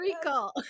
recall